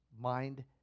mind-